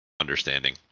understanding